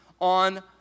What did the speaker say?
on